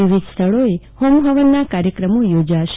વિવિધ સ્થળોએ હોમહવનના કાર્યક્રમો યોજાશે